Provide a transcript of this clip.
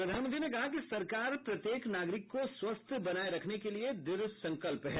प्रधानमंत्री ने कहा कि सरकार प्रत्येक नागरिक को स्वस्थ बनाए रखने के लिए द्रढसंकल्प है